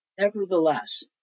Nevertheless